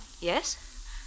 Yes